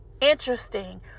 interesting